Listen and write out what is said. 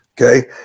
okay